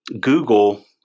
Google